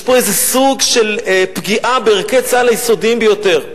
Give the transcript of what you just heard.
יש פה איזה סוג של פגיעה בערכי צה"ל היסודיים ביותר.